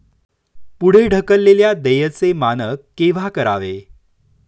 पुढे ढकललेल्या देयचे मानक केव्हा करावे?